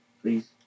Please